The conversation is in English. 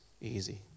easy